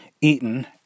eaten